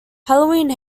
halloween